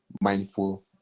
mindful